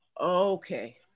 Okay